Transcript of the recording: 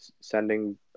sending